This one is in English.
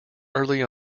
early